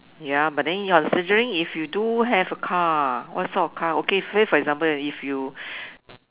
ya but then you're suggesting if you do have a car what sort of car okay say for example if you